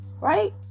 right